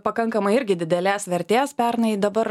pakankamai irgi didelės vertės pernai dabar